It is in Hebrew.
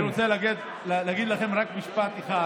אני רוצה להגיד לכם רק משפט אחד: